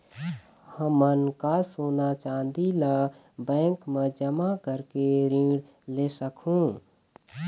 हमन का सोना चांदी ला बैंक मा जमा करके ऋण ले सकहूं?